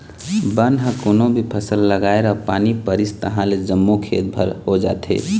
बन ह कोनो भी फसल लगाए र पानी परिस तहाँले जम्मो खेत भर हो जाथे